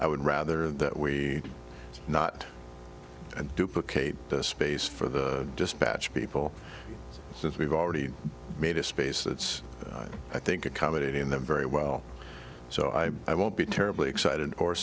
i would rather that we not and duplicate the space for the dispatch people since we've already made a space that's i think accommodating them very well so i i won't be terribly excited or